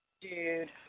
Dude